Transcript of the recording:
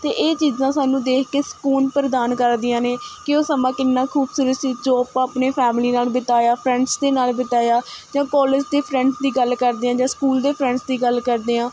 ਅਤੇ ਇਹ ਚੀਜ਼ਾਂ ਸਾਨੂੰ ਦੇਖ ਕੇ ਸਕੂਨ ਪ੍ਰਦਾਨ ਕਰਦੀਆਂ ਨੇ ਕਿ ਉਹ ਸਮਾਂ ਕਿੰਨਾ ਖੂਬਸੂਰਤ ਸੀ ਜੋ ਆਪਾਂ ਆਪਣੇ ਫੈਮਲੀ ਨਾਲ਼ ਬਿਤਾਇਆ ਫਰੈਂਡਸ ਦੇ ਨਾਲ਼ ਬਿਤਾਇਆ ਜਾਂ ਕੋਲੇਜ ਦੇ ਫਰੈਂਡਸ ਦੀ ਗੱਲ ਕਰਦੇ ਆ ਜਾਂ ਸਕੂਲ ਦੇ ਫਰੈਂਡਸ ਦੀ ਗੱਲ ਕਰਦੇ ਹਾਂ